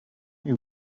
you